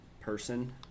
person